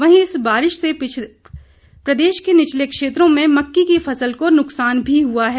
वहीं इस बारिश से प्रदेश के निचले क्षेत्रों में मक्की की फसल को नुकसान भी हुआ है